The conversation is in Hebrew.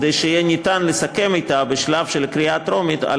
כדי שניתן יהיה לסכם אתה בשלב של הקריאה הטרומית את